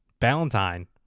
valentine